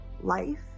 life